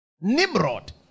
Nimrod